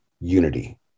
unity